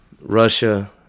Russia